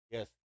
Yes